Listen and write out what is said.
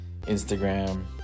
instagram